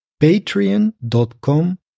patreon.com